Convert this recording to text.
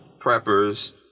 preppers